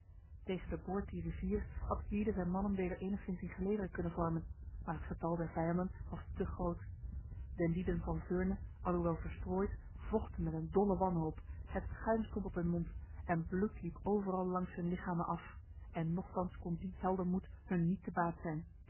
tegen de boord dier rivier had gwyde zijn mannen weder enigszins in gelederen kunnen vormen maar het getal der vijanden was te groot de lieden van veurne alhoewel verstrooid vochten met een dolle wanhoop het schuim stond op hun mond en bloed liep overal langs hun lichamen af en nochtans kon die heldenmoed hun met te baat zijn